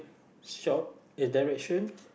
shop uh direction